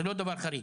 זה לא דבר חריג.